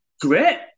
great